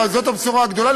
וזאת הבשורה הגדולה,